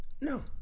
No